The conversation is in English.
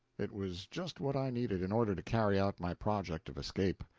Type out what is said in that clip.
it was just what i needed, in order to carry out my project of escape.